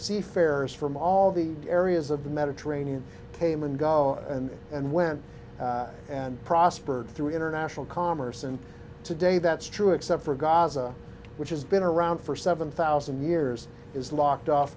seafarers from all the area is of the mediterranean came and go and and went and prospered through international commerce and today that's true except for gaza which has been around for seven thousand years is locked